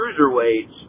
Cruiserweights